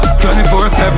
24-7